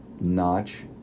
notch